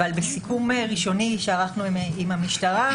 בסיכום ראשוני שערכנו עם המשטרה,